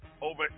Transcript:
over